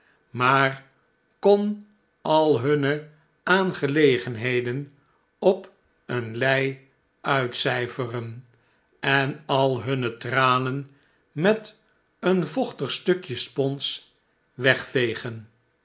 maar kon al hunne aangelegenheden op een lei uitcijferen en al hunne tranen met een vochtig stukje spons wegvegen